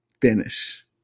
finish